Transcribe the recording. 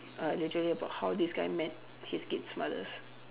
uh literally about how this guy met his kid's mothers